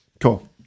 Cool